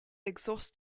exhaust